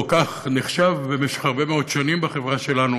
או כך נחשב במשך הרבה מאוד שנים בחברה שלנו,